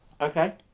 Okay